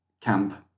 camp